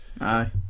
aye